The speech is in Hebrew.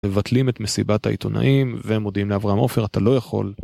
מבטלים את מסיבת העיתונאים והם מודיעים לאברהם עופר אתה לא יכול